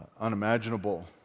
unimaginable